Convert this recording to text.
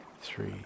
three